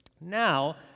Now